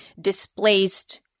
displaced